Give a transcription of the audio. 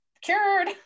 cured